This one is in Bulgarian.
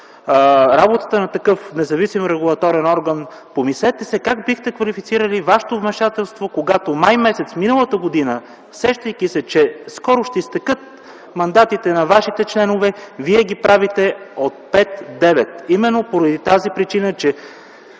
работата на такъв независим регулаторен орган, помислете си как бихте квалифицирали вашето вмешателство, когато май месец миналата година, сещайки се, че скоро ще изтекат мандатите на вашите членове, вие ги правите от 5 – 9, именно поради тази причина,